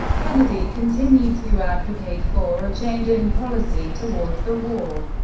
kennedy continued to advocate for a change in policy towards the war.